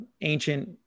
ancient